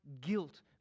guilt